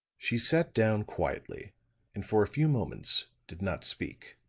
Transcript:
she sat down quietly and for a few moments did not speak.